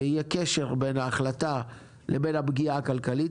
שיהיה קשר בין ההחלטה לבין הפגיעה הכלכלית,